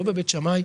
לא בבית שמאי,